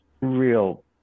real